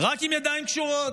רק עם ידיים קשורות.